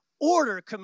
order